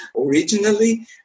originally